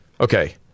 Okay